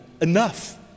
enough